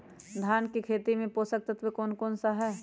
धान की खेती में पोषक तत्व कौन कौन सा है?